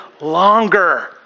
longer